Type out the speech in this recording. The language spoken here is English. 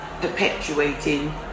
perpetuating